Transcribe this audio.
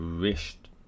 wished